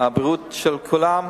של כולם,